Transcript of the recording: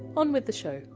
on with the show